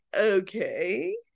okay